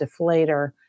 deflator